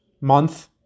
month